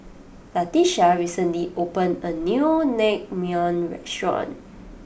Latisha recently opened a new Naengmyeon restaurant